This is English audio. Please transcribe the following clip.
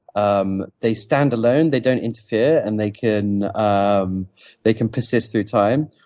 um they stand alone, they don't interfere and they can um they can persist through time,